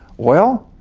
well